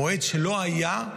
מועד שלא היה,